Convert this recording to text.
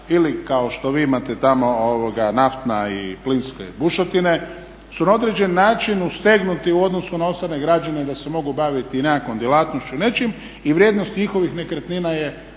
ili kao što vi imate tamo naftne i plinske bušotine su na određeni način ustegnuti u odnosu na ostale građane da se mogu baviti i nekakvom djelatnošću i nečim. I vrijednost njihovih nekretnina je